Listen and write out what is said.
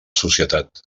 societat